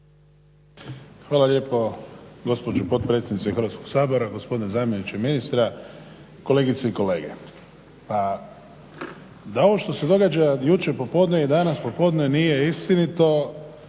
Hvala lijepo gospođo potpredsjednice Hrvatskog sabora, gospodine zamjeniče ministra, kolegice i kolege. Pa da ovo što se događa jučer popodne i danas popodne nije istinito,